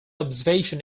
observation